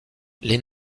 les